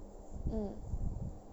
mm